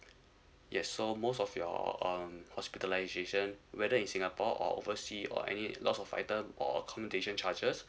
uh yes so most of your um hospitalisation whether in singapore or overseas or any loss of item or accommodation charges